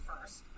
first